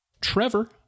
Trevor